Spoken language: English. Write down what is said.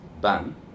ban